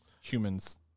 Humans